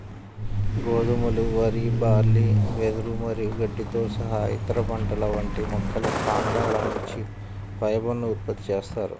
గోధుమలు, వరి, బార్లీ, వెదురు మరియు గడ్డితో సహా ఇతర పంటల వంటి మొక్కల కాండాల నుంచి ఫైబర్ ను ఉత్పత్తి చేస్తారు